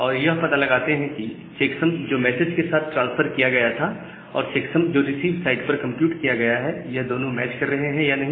और यह पता लगाते हैं कि चेक्सम जो मैसेज के साथ ट्रांसफर किया गया था और चेक्सम जो रिसीवर साइट पर कंप्यूट किया गया है यह दोनों मैच कर रहे हैं या नहीं